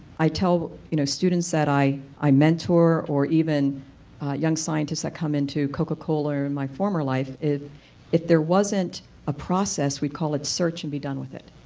i tell you know students that i i mentor or even young scientists that come into coca-cola in my former life if there wasn't a process we'd call it search and be done with it,